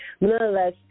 nonetheless